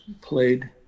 played